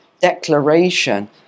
declaration